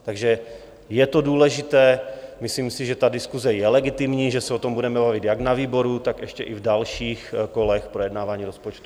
Takže je to důležité, myslím si, že ta diskuse je legitimní, že se o tom budeme bavit jak na výboru, tak ještě i v dalších kolech projednávání rozpočtu.